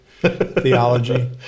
theology